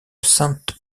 sainte